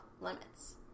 limits